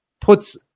puts